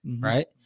right